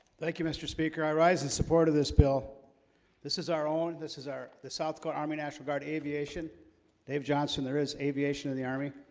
thank you mr. speaker i rise in support of this bill this is our own. this is our the south dakota army national guard aviation dave johnson. there is aviation in the army